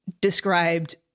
described